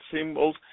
symbols